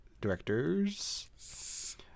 directors